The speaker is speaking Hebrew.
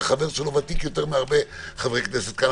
וחבר ותיק שלו יותר מהרבה חברי כנסת כאן,